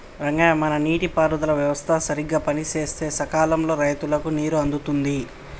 రంగయ్య మన నీటి పారుదల వ్యవస్థ సరిగ్గా పనిసేస్తే సకాలంలో రైతులకు నీరు అందుతుంది